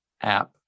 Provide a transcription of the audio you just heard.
app